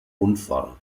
unfall